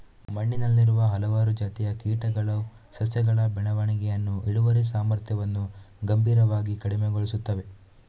ಮಣ್ಣಿನಲ್ಲಿರುವ ಹಲವಾರು ಜಾತಿಯ ಕೀಟಗಳು ಸಸ್ಯಗಳ ಬೆಳವಣಿಗೆಯನ್ನು, ಇಳುವರಿ ಸಾಮರ್ಥ್ಯವನ್ನು ಗಂಭೀರವಾಗಿ ಕಡಿಮೆಗೊಳಿಸುತ್ತವೆ